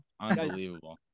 Unbelievable